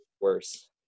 worse